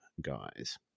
guys